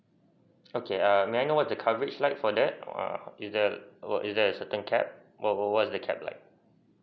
okay err may I know what's the coverage like for that err is there is there a certain cap what what what's the cap like